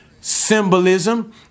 symbolism